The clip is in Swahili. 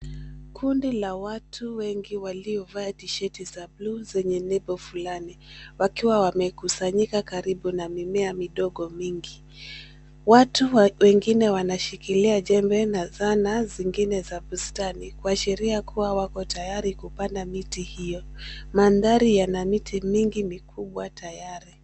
Kundi la watu wengi waliovaa tisheti za blue zenye lebo fulani, wakiwa wamekusanyika karibu na mimea midogo mingi. Watu wa wengine wanashikilia jembe na zana zingine za bustani kuashiria kuwa wako tayari kupanda miti hiyo. Mandhari yana miti mingi mikubwa tayari.